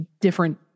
different